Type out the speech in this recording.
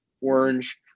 orange